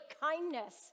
kindness